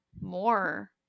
more